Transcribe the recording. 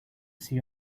see